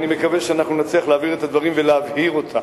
אני מקווה שאנחנו נצליח להעביר את הדברים ולהבהיר אותם.